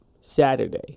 Saturday